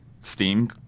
Steam